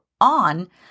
on